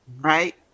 right